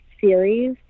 series